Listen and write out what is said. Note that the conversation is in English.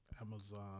Amazon